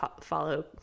follow